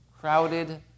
crowded